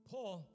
Paul